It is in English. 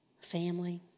Family